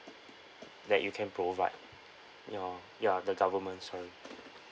that you can provide ya ya the government sorry